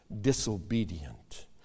disobedient